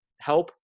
help